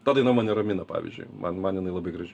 ta daina mane ramina pavyzdžiui man man jinai labai graži